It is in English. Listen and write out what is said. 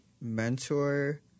mentor